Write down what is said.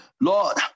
Lord